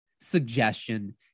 suggestion